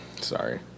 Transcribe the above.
Sorry